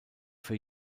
für